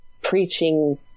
preaching